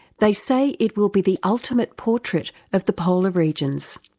they say it will be the ultimate portrait of the polar regions.